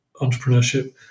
entrepreneurship